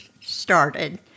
started